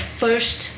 first